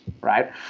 right